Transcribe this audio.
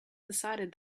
decided